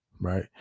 right